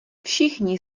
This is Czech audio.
všichni